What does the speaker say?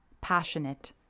passionate